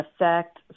affect